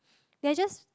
they are just